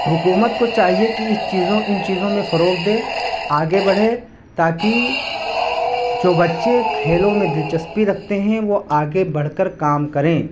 حکومت کو چاہیے کہ اس چیزوں ان چیزوں میں فروغ دے آگے بڑھے تاکہ جو بچے کھیلوں میں دلچسپی رکھتے ہیں وہ آگے بڑھ کر کام کریں